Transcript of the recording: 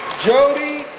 jodie-ann